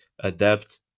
adapt